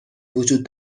وجود